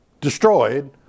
destroyed